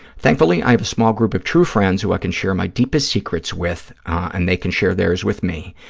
thankfully, i have a small group of true friends who i can share my deepest secrets with and they can share theirs with me.